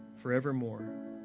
Forevermore